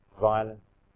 violence